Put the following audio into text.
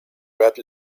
wrapped